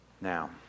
Now